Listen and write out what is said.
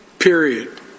period